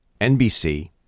NBC